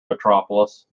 metropolis